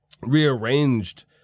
rearranged